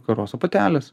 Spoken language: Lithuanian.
karosų patelės